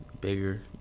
Bigger